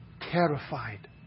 terrified